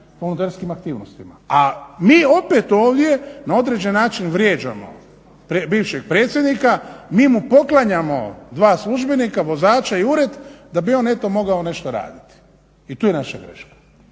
volonterskim aktivnostima. A mi opet ovdje na određen način vrijeđamo bivšeg predsjednika, mi mu poklanjamo dva službenika, vozača i ured da bi on eto mogao nešto raditi. I tu je naša greška.